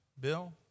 Bill